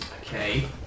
Okay